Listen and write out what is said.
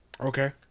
Okay